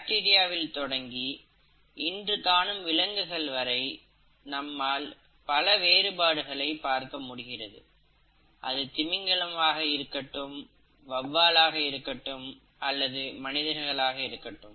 பாக்டீரியாவில் தொடங்கி இன்று காணும் விலங்குகள் வரை நம்மால் பல வேறுபாடுகளை பார்க்க முடிகிறது அது திமிங்கலம் ஆக இருக்கட்டும் வவ்வால் ஆக இருக்கட்டும் அல்லது மனிதர்களாக இருக்கட்டும்